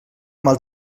mal